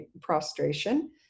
prostration